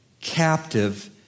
captive